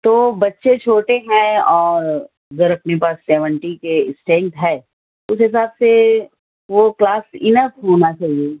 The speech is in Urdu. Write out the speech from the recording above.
تو بچے چھوٹے ہیں اور اگر اپنے پاس سیونٹی کے اسٹینڈ ہے اس حساب سے وہ کلاس اینف ہونا چاہیے